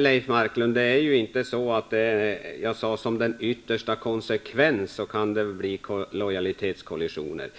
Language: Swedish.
Herr talman! Det jag sade, Leif Marklund, var att det som yttersta konsekvens kan uppstå lojalitetskollisioner.